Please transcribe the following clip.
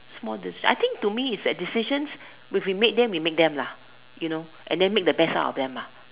small decision I think to me is that decisions if we make them we make them lah you know and then make the best out of them ah